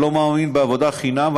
לא מאמין בעבודה חינם,